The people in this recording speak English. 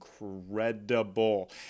incredible